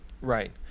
right